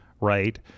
right